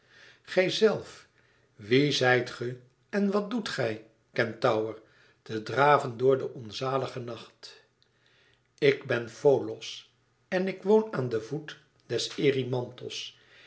gijzelf wie zijt ge en wat doet gij kentaur te draven door de onzalige nacht ik ben folos en ik woon aan den voet des